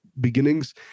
beginnings